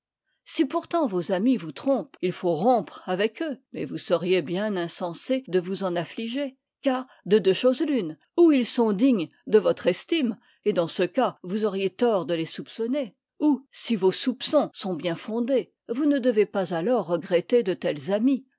si pourtant vos amis vous trompent il faut rompre avec eux mais vous seriez bien insensé de vous en affliger car de deux choses l'une ouits sont dignes de votre estime et dans ce cas vous auriez tort de les soupçonner ou si vos soupçons sont bien fondés vous ne devez pas alors regretter de tels amis